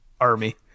Army